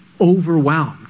overwhelmed